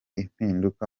impinduka